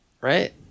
right